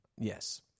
yes